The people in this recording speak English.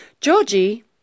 Georgie